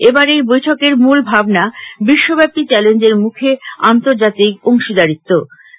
এবার এই বৈঠকের মূল ভাবনা বিশ্বব্যাপী চ্যালেঞ্জের মুখে আন্তর্জাতিক অংশীদারিত্ব